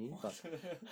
what the hell